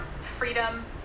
freedom